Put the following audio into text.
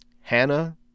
Hannah